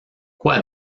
quoi